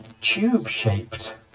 tube-shaped